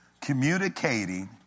communicating